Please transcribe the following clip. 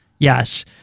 Yes